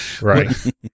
Right